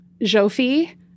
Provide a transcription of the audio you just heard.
Jofi